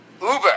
Uber